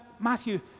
Matthew